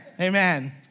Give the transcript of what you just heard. Amen